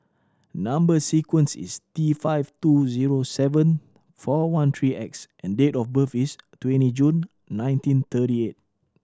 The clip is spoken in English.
number sequence is T five two zero seven four one three X and date of birth is twenty June nineteen thirty eight